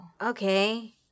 okay